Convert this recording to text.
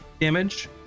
damage